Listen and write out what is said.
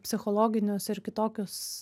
psichologinius ir kitokius